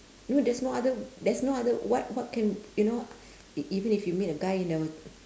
no there's no other there's no other what what can you know e~ even if you meet a guy in the